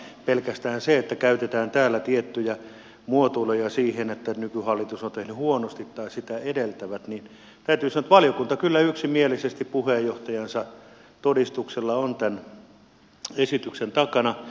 pelkästään siitä että käytetään täällä tiettyjä muotoiluja siihen että nykyhallitus tai sitä edeltävät ovat tehneet huonosti täytyy sanoa että valiokunta kyllä yksimielisesti puheenjohtajansa todistuksella on tämän esityksen takana